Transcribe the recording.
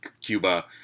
Cuba